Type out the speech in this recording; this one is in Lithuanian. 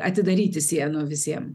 atidaryti sienų visiem